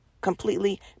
completely